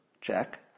Check